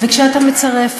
וכשאתה מצרף,